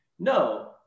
No